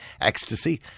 ecstasy